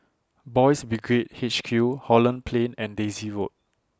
Boys' Brigade H Q Holland Plain and Daisy Road